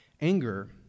anger